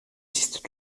existent